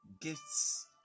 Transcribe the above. gifts